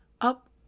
up